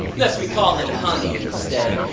unless we call it honey instead.